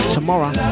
Tomorrow